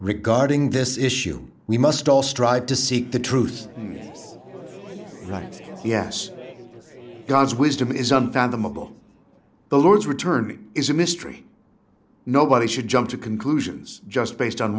regarding this issue we must all strive to seek the truth yes right yes god's wisdom is unfathomable the lord's return is a mystery nobody should jump to conclusions just based on